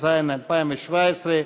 התשע"ז 2017,